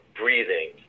breathing